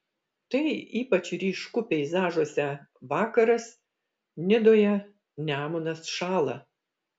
tai ypač ryšku peizažuose vakaras nidoje nemunas šąla